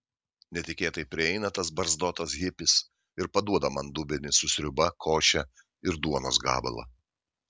netikėtai prieina tas barzdotas hipis ir paduoda man dubenį su sriuba koše ir duonos gabalą